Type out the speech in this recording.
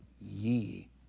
ye